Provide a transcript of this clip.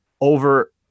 over